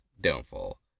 downfall